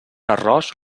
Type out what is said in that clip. arròs